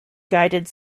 guided